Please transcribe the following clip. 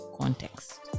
context